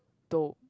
dope